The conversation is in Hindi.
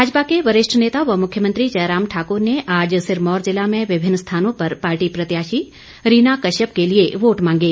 भाजपा के वरिष्ठ नेता व मुख्यमंत्री जयराम ठाकुर ने आज सिरमौर ज़िला में विभिन्न स्थानों पर पार्टी प्रत्याशी रीना कश्यप के लिए वोट मांगे